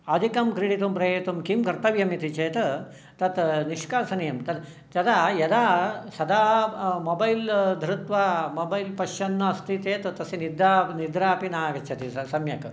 अधिकं क्रीडितुं प्रेयतुं किं कर्तव्यमिति चेत् तत् निष्कासनीयं तत् तदा यदा सदा मोबैल् धृत्वा मोबैल् पश्यन् अस्ति चेत् तत् तस्य निद्रा अपि न आगच्छति सम्यक्